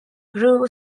grew